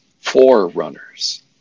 forerunners